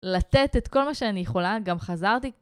לתת את כל מה שאני יכולה, גם חזרתי.